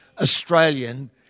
Australian